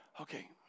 okay